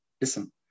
Listen